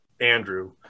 Andrew